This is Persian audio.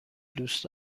دوست